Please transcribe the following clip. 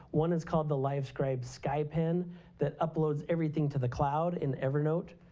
one is called the livescribe sky pen that uploads everything to the cloud in evernote.